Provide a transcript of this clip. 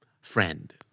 Friend